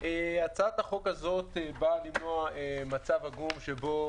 הצעת החוק הזאת באה למנוע מצב עגום שבו